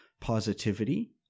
positivity